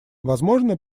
возможно